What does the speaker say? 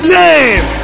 name